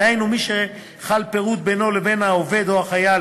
דהיינו מי שחל פירוד בינו לבין העובד או החייל